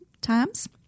times